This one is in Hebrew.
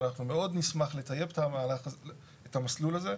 אנחנו מאוד נשמח לטייב את המסלול הזה,